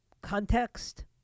context